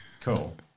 Cool